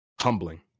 humbling